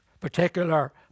particular